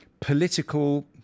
political